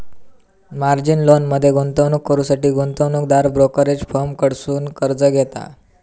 margin लोनमध्ये गुंतवणूक करुसाठी गुंतवणूकदार ब्रोकरेज फर्म कडसुन कर्ज घेता